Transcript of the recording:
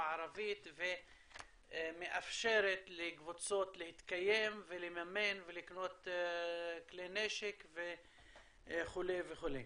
הכלכלית ומאפשרת לקבוצות להתקיים ולממן ולקנות כלי נשק וכו' וכו'.